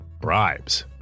bribes